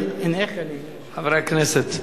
חברי הכנסת,